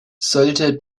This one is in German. sollte